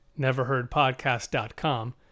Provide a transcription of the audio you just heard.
neverheardpodcast.com